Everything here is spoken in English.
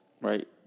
right